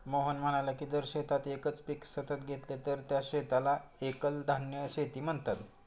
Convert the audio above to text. मोहन म्हणाला की जर शेतात एकच पीक सतत घेतले तर त्या शेताला एकल धान्य शेती म्हणतात